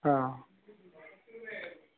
অঁ